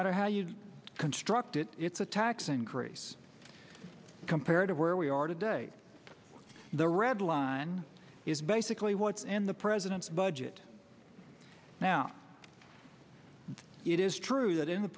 matter how you construct it it's a tax increase compared to where we are today the red line is basically what's in the president's budget now it is true that in the